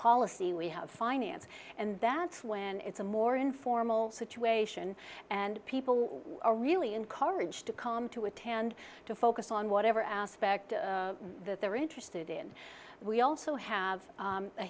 policy we have finance and that's when it's a more informal situation and people are really encouraged to come to attend to focus on whatever aspect that they're interested in we also have